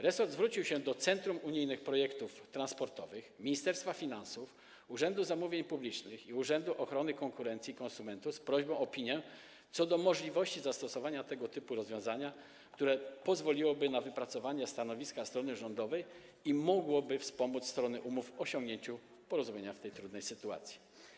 Resort zwrócił się do Centrum Unijnych Projektów Transportowych, Ministerstwa Finansów, Urzędu Zamówień Publicznych i Urzędu Ochrony Konkurencji i Konsumentów z prośbą o opinię co do możliwości zastosowania tego typu rozwiązania, które pozwoliłoby na wypracowanie stanowiska strony rządowej i mogłoby wspomóc strony umów w osiągnięciu porozumienia w tej trudnej sytuacji.